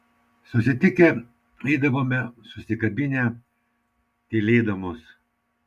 susitikę eidavome susikabinę tylėdamos